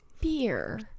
beer